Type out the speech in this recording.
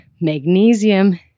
magnesium